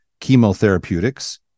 chemotherapeutics